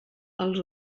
els